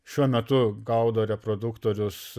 šiuo metu gaudo reproduktorius